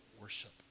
worship